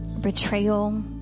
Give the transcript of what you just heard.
betrayal